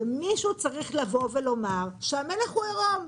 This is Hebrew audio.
ומישהו צריך לבוא ולומר שהמלך הוא עירום.